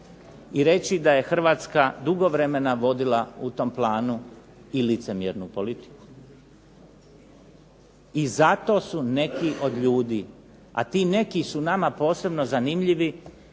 i reći da je Hrvatska dugo vremena vodila u tom planu i licemjernu politiku. I zato su neki od ljudi, a ti neki su nama posebno zanimljivi